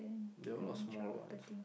there are a lot of small ones